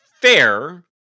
fair